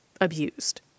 abused